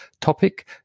topic